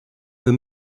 für